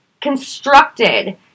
constructed